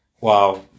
Wow